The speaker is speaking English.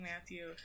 Matthew